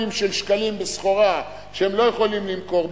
של שקלים בסחורה שהם לא יכולים למכור.